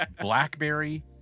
blackberry